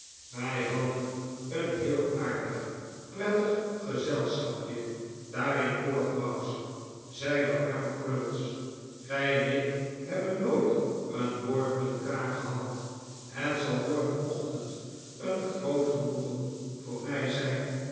wij hadden een heel aardig prettig gezelschapje daar in portsmouth zei de arme crummies gij en ik hebben nooit een woord met elkaar gehad het zal morgenochtend een groot genoegen voor mij zijn